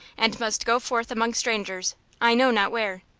and must go forth among strangers i know not where.